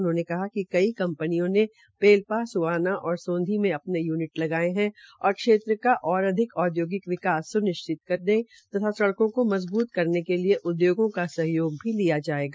उन्होंने कहा कि कंपनियों पेलपा सुबाना और सोंधी में अपने यूनिट लगाये है और क्षेत्र का और अधिक औदयोंगिक विकास सुनिश्चित करने तथा सड़कों को मजबूत करने के लिए उदयोगों का सहयोग भी लिया जायेगा